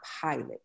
pilot